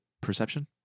Perception